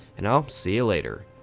and i'll see you later.